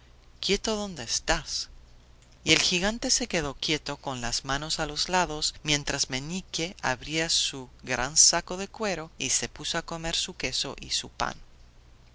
quieto donde estás y el gigante se quedó quieto con las manos a los lados mientras meñique abría su gran saco de cuero y se puso a comer su queso y su pan